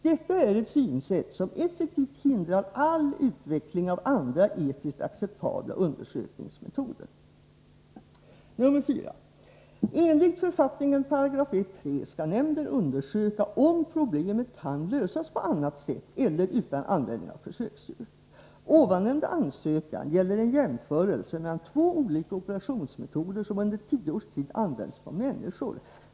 Detta är ett synsätt som effektivt hindrar all utveckling av andra, etiskt acceptabla undersökningsmetoder.” Reservation nr 4: ”Enligt författningen paragraf 1.3 skall nämnden undersöka om problemet kan lösas på annat sätt eller utan användning av försöksdjur. Ovannämnda ansökan gäller en jämförelse mellan två olika operationsmetoder som under tio års tid använts på människor.